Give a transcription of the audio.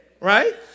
right